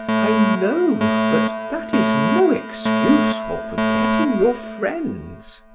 i know, but that is no excuse for forgetting your friends.